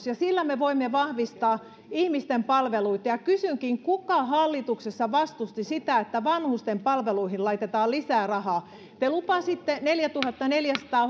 ja sillä me voimme vahvistaa ihmisten palveluita kysynkin kuka hallituksessa vastusti sitä että vanhusten palveluihin laitetaan lisää rahaa te lupasitte neljätuhattaneljäsataa